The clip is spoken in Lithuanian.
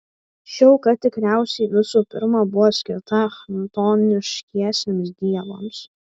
ši auka tikriausiai visų pirma buvo skirta chtoniškiesiems dievams